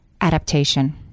adaptation